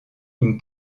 une